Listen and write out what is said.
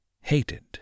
hated